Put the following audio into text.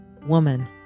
Woman